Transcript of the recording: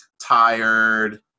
tired